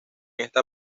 esta